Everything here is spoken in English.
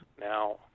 Now